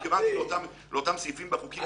אני הבנתי, אתה צודק.